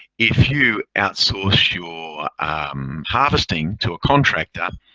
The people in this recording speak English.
if you outsource your um harvesting to a contractor,